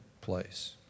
place